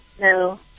No